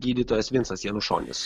gydytojas vinsas janušonis